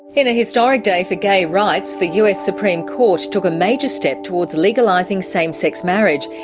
in a historic day for gay rights, the us supreme court took a major step towards legalising same-sex marriage.